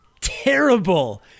terrible